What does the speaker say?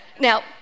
Now